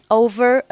over